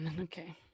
okay